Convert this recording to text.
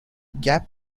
gap